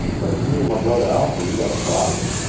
but, me and my brother alfred, we got a problem.